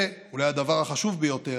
ואולי הדבר החשוב ביותר: